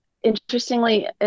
Interestingly